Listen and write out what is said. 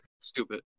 Stupid